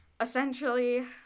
essentially